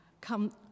Come